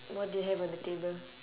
what do you have on the table